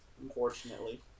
Unfortunately